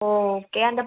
ஓ okay அந்த